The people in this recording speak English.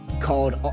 called